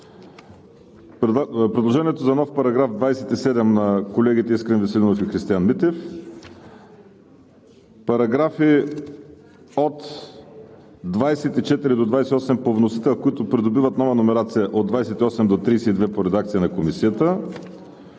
предложението на нов § 27 на колегите Искрен Веселинов и Христиан Митев; параграфи 24 – 28 по вносител, които придобиват нова номерация, параграфи 28 – 32 по редакция на Комисията;